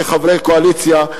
כחברי קואליציה,